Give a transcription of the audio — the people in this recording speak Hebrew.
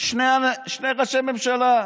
שני ראשי ממשלה,